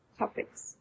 topics